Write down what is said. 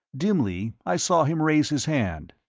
dimly i saw him raise his hand.